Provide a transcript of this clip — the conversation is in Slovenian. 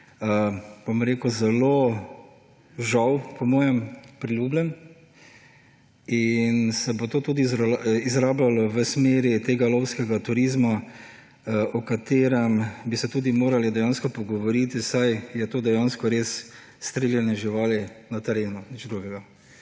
v Sloveniji, žal, priljubljen. Tako se bo to tudi izrabljalo v smeri tega lovskega turizma, o katerem bi se tudi morali dejansko pogovoriti, saj je to dejansko res streljanje živali na terenu,